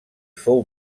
fou